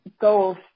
goals